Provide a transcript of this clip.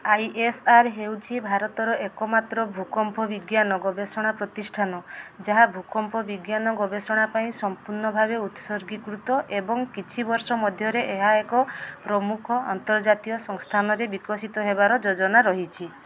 ISR ହେଉଛି ଭାରତର ଏକମାତ୍ର ଭୂକମ୍ପ ବିଜ୍ଞାନ ଗବେଷଣା ପ୍ରତିଷ୍ଠାନ ଯାହା ଭୂକମ୍ପ ବିଜ୍ଞାନ ଗବେଷଣା ପାଇଁ ସମ୍ପୂର୍ଣ୍ଣ ଭାବେ ଉତ୍ସର୍ଗୀକୃତ ଏବଂ କିଛି ବର୍ଷ ମଧ୍ୟରେ ଏହା ଏକ ପ୍ରମୁଖ ଅନ୍ତର୍ଜାତୀୟ ସଂସ୍ଥାନରେ ବିକଶିତ ହେବାର ଯୋଜନା ରହିଛି